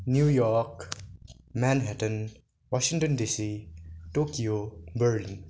New York Manhattan Washington DC Tokyo Berlin